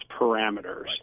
parameters